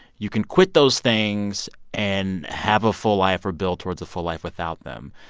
you can quit those things and have a full life or build towards a full life without them.